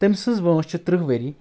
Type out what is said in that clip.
تٔمۍ سٕنٛز وٲنٛس چھِ تٕرٕہ ؤری